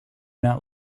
not